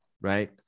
Right